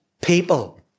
people